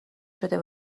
شده